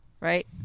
right